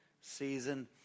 season